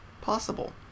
possible